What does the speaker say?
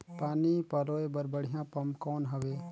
पानी पलोय बर बढ़िया पम्प कौन हवय?